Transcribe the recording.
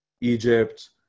Egypt